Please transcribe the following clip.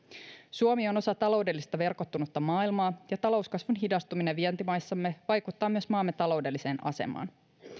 suomi on osa taloudellisesti verkottunutta maailmaa ja talouskasvun hidastuminen vientimaissamme vaikuttaa myös maamme taloudelliseen asemaan